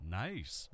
nice